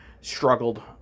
struggled